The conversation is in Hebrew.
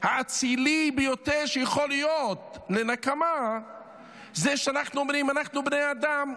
האצילית ביותר שיכולה להיות לנקמה זה שאנחנו אומרים : אנחנו בני אדם,